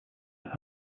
and